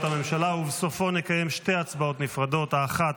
הממשלה ובסופו נקיים שתי הצבעות נפרדות: האחת,